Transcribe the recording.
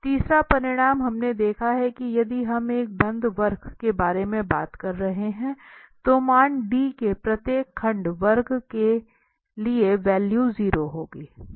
तीसरा परिणाम हमने देखा है कि यदि हम एक बंद वक्र के बारे में बात कर रहे हैं तो मान D में प्रत्येक खंड वक्र के लिए वैल्यू 0 होगी